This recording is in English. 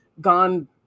gone